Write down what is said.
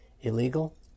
illegal